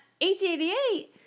1888